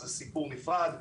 זה סיפור נפרד,